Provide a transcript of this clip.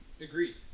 Agreed